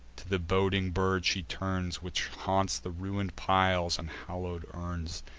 to the boding bird she turns, which haunts the ruin'd piles and hallow'd urns,